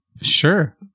Sure